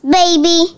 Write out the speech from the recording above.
baby